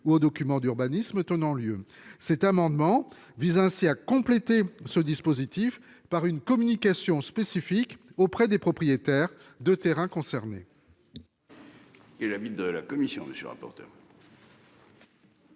ou aux documents d'urbanisme en tenant lieu. Cet amendement vise à compléter ce dispositif par une communication spécifique auprès des propriétaires de terrains concernés.